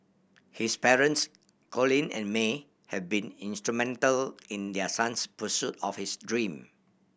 his parents Colin and May have been instrumental in their son's pursuit of his dream